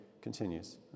continues